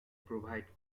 provide